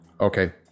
okay